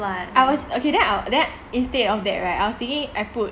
I was okay then I then instead of that right I was thinking I put